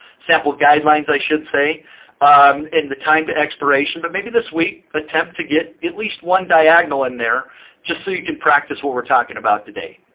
sample guidelines, i should say in the time to expiration. but maybe this week, attempt to get at least one diagonal in there just so you can practice what we're talking about today.